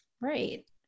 Right